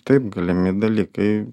taip galimi dalykai